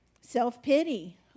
Self-pity